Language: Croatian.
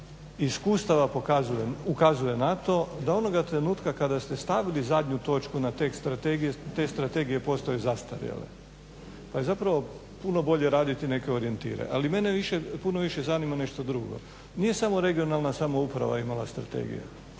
iskustava ukazuje na to da onoga trenutka kada ste stavili zadnju točku na tekst strategije te strategije postaju zastarjele pa je zapravo puno bolje raditi neke orijentire. Ali mene puno više zanima nešto drugo, nije samo regionalna samouprava imala strategiju,